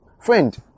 Friend